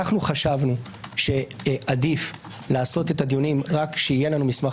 אנחנו חשבנו שעדיף לעשות את הדיונים רק כשיהיה לנו מסמך